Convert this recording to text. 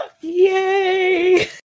Yay